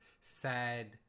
sad